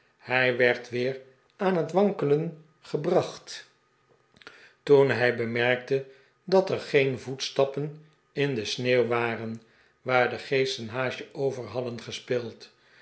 hij werd weer aan het wankelen gebracht toen hij bemerkte dat er geen voetstappen in de sneeuw waren waar de geesten haasjebver hadden gespeeld